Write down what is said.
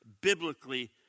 biblically